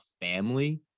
family